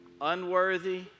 unworthy